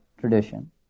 tradition